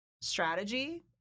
strategy